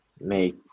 make